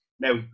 Now